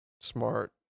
smart